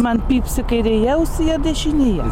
man pypsi kairėje ausyje ar dešinėje